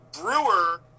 Brewer